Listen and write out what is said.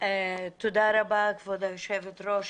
תודה רבה כבוד היושבת-ראש.